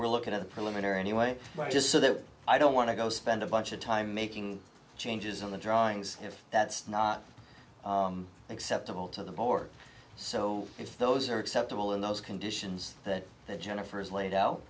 we're looking at a preliminary anyway just so that i don't want to go spend a bunch of time making changes on the drawings if that's not acceptable to the board so if those are acceptable in those conditions that jennifer is laid out